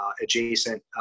adjacent